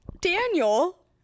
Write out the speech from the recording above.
Daniel